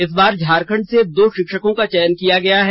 इस बार झारखंड से दो शिक्षकों का चयन किया गया है